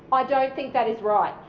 i don't think that is right.